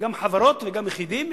גם חברות, וגם יחידים.